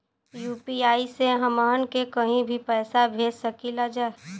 UPI से हमहन के कहीं भी पैसा भेज सकीला जा?